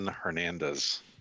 hernandez